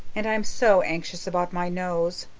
and i'm so anxious about my nose.